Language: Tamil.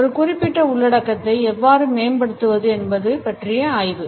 ஒரு குறிப்பிட்ட உள்ளடக்கத்தை எவ்வாறு மேம்படுத்துவது என்பது பற்றிய ஆய்வு